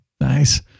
Nice